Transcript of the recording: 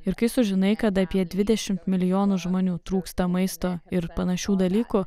ir kai sužinai kad apie dvidešimt milijonų žmonių trūksta maisto ir panašių dalykų